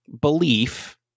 belief